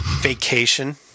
Vacation